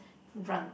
run